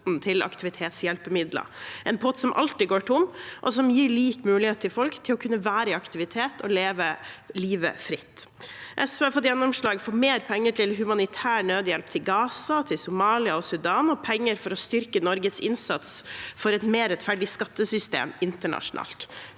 til aktivitetshjelpemidler – en pott som alltid går tom, og som gir lik mulighet for folk til å kunne være i aktivitet og leve et fritt liv. SV har fått gjennomslag for mer penger til humanitær nødhjelp til Gaza, Somalia og Sudan, og penger for å styrke Norges innsats for et mer rettferdig skattesystem internasjonalt